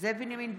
זאב בנימין בגין,